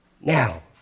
Now